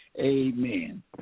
Amen